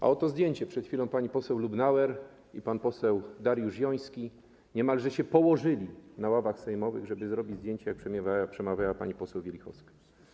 A oto zdjęcie: przed chwilą pani poseł Lubnauer i pan poseł Dariusz Joński niemalże się położyli na ławach sejmowych, żeby zrobić zdjęcie, jak przemawiała pani poseł Wielichowska.